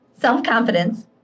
self-confidence